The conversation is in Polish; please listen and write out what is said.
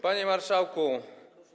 Panie Marszałku!